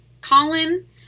Colin